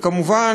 וכמובן,